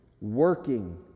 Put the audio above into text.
working